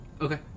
Okay